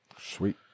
Sweet